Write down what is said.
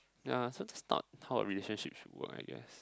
ya so it's not how a relationship should work I guess